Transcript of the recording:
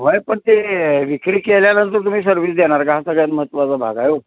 होय पण ते विक्री केल्यानंतर तुम्ही सर्विस देणार का हा सगळ्यात महत्त्वाचा भाग आहे हो